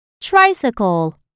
tricycle